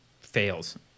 fails